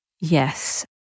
Yes